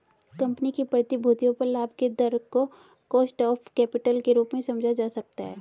company की प्रतिभूतियों पर लाभ के दर को कॉस्ट ऑफ कैपिटल के रूप में समझा जा सकता है